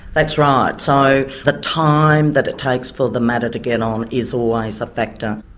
that's right. so the time that it takes for the matter to get on is always a factor.